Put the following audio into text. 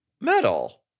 Metal